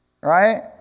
right